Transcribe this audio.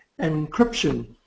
encryption